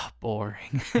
Boring